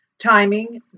timing